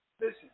Listen